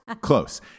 Close